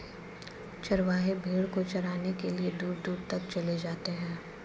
चरवाहे भेड़ को चराने के लिए दूर दूर तक चले जाते हैं